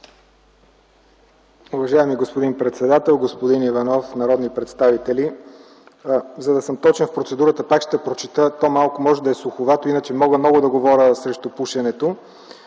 Уважаеми господин председател, господин Иванов, народни представители! За да съм точен в процедурата, пак ще прочета – малко може би е суховато, иначе мога много да говоря срещу пушенето.